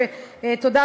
ותודה,